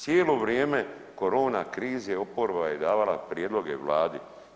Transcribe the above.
Cijelo vrijeme korona krize oporba je davala prijedloge Vladi.